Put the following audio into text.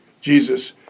Jesus